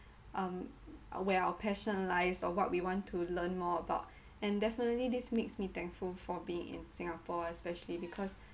um where our passion lies or what we want to learn more about and definitely this makes me thankful for being in Singapore especially because